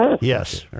Yes